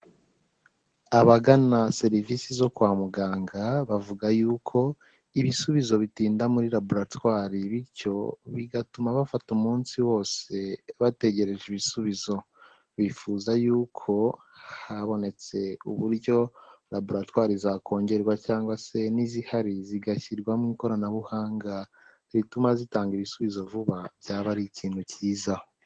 Abagana serivisi zo kwa muganga bavuga yuko ibisubizo bitinda muri laboratwari, bityo bigatuma bafata umunsi wose bategereje ibisubizo. Bifuza yuko habonetse uburyo laboratwari zakongerwa cyangwa se n'izihari zigashyirwamo ikoranabuhanga rituma zitanga ibisubizo vuba byaba ari ikintu cyiza.